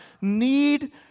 need